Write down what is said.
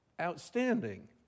outstanding